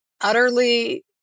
utterly